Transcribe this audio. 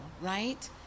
right